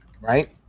right